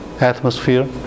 atmosphere